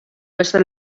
beste